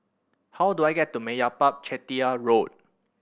how do I get to Meyappa Chettiar Road